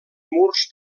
murs